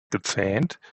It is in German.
gezähnt